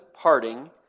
parting